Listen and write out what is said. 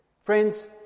Friends